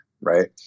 right